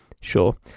Sure